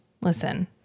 listen